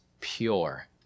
pure